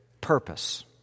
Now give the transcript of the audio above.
purpose